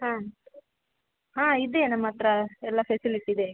ಹಾಂ ಹಾಂ ಇದೆ ನಮ್ಮಹತ್ರ ಎಲ್ಲ ಫೆಸಿಲಿಟಿ ಇದೆ